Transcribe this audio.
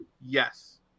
yes